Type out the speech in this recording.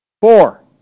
Four